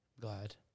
Glad